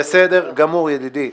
בסדר גמור, ידידי.